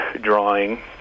drawing